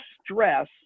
stress